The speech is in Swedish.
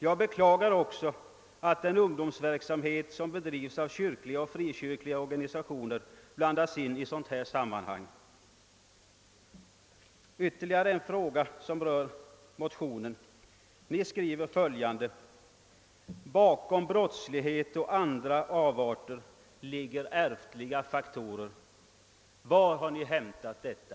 Jag beklagar också att den ungdomsverksamhet som bedrivs av kyrkliga och frikyrkliga organisationer blandas in i ett sådant här sammanhang. Ytterligare en fråga som berör motionen. Ni skriver att bakom brottslighet och andra avarter ligger ärftliga faktorer. Var har ni hämtat detta?